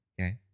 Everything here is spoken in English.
Okay